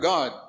God